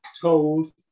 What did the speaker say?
told